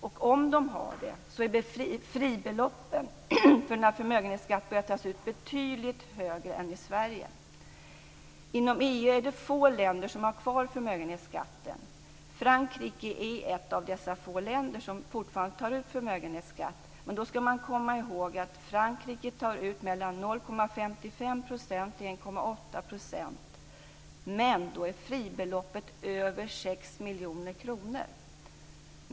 Och om de har det är fribeloppen för när förmögenhetsskatt börjar tas ut betydligt högre än i Sverige. Inom EU är det få länder som har kvar förmögenhetsskatten. Frankrike är ett av dessa få länder som fortfarande tar ut förmögenhetsskatt. Men då ska man komma ihåg att Frankrike tar ut 0,55 %-1,8 %, men då är fribeloppet över 6 miljoner kronor.